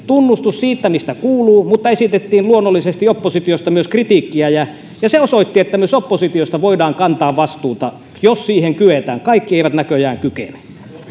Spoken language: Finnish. tunnustus siitä mistä kuuluu antaa mutta esitettiin luonnollisesti oppositiosta myös kritiikkiä se osoitti että myös oppositiosta voidaan kantaa vastuuta jos siihen kyetään kaikki eivät näköjään kykene